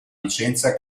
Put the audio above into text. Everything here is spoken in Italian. licenza